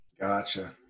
Gotcha